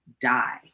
die